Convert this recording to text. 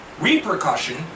repercussion